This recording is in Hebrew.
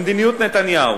במדיניות נתניהו